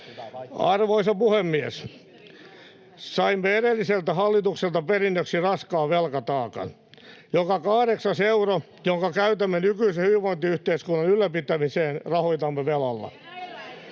Arvoisa puhemies! Saimme edelliseltä hallitukselta perinnöksi raskaan velkataakan. Joka kahdeksannen euron, jonka käytämme nykyisen hyvinvointiyhteiskunnan ylläpitämiseen, rahoitamme velalla.